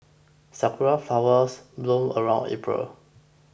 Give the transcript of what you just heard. sakura flowers bloom around April